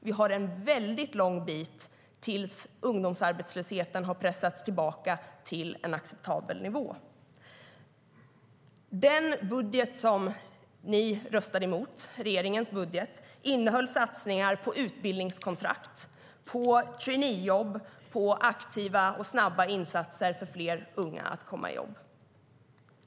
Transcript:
Vi har en väldigt lång bit kvar tills ungdomsarbetslösheten har pressats tillbaka till en acceptabel nivå. Den budget som ni röstade emot, regeringens budget, innehöll satsningar på utbildningskontrakt, på traineejobb och på aktiva och snabba insatser för att fler unga ska komma i jobb.